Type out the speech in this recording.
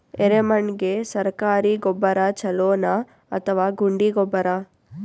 ಎರೆಮಣ್ ಗೆ ಸರ್ಕಾರಿ ಗೊಬ್ಬರ ಛೂಲೊ ನಾ ಅಥವಾ ಗುಂಡಿ ಗೊಬ್ಬರ?